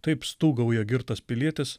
taip stūgauja girtas pilietis